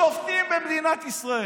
שופטים במדינת ישראל.